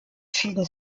schieden